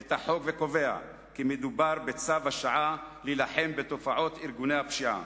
את החוק וקובע כי מדובר בצו השעה להילחם בתופעות ארגוני הפשיעה.